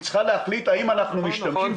והיא צריכה להחליט האם אנחנו משתמשים בכלי הזה.